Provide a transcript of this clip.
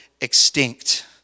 extinct